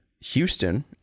Houston